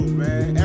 man